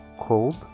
cold